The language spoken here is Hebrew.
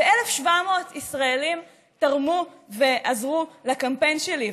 ו-1,700 ישראלים תרמו ועזרו לקמפיין שלי.